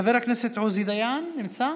חבר הכנסת עוזי דיין נמצא?